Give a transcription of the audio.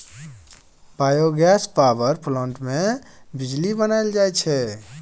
biogas power plant मे बिजली बनाएल जाई छै